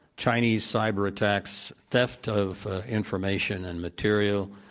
chinese cyber attacks theft of information and material,